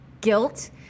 guilt